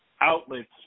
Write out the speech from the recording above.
outlets